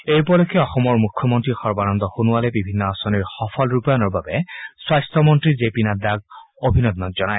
এই উপলক্ষে অসমৰ মুখ্যমন্ত্ৰী সৰ্বানন্দ সোণোৱালে বিভিন্ন আঁচনিৰ সফল ৰূপায়ণৰ বাবে স্বাস্থ্যমন্ত্ৰী জে পি নড্ডাক অভিনন্দ জনায়